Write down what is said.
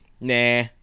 Nah